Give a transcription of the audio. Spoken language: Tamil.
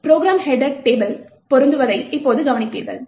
ப்ரோக்ராம் ஹெட்டர் டேபிள் பொருந்துவதை இப்போது கவனிப்பீர்கள்